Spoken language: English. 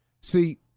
See